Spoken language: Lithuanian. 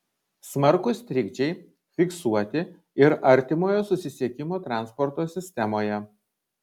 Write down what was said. smarkūs trikdžiai fiksuoti ir artimojo susisiekimo transporto sistemoje